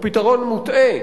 הוא פתרון מוטעה.